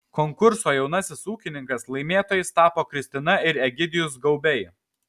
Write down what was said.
konkurso jaunasis ūkininkas laimėtojais tapo kristina ir egidijus gaubiai